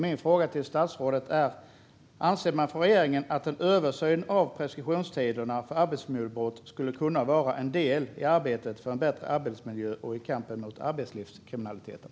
Min fråga till statsrådet är: Anser man från regeringens sida att en översyn av preskriptionstiderna för arbetsmiljöbrott skulle kunna vara en del i arbetet för en bättre arbetsmiljö och i kampen mot arbetslivskriminaliteten?